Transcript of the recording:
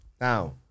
Now